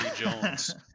Jones